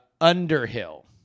Underhill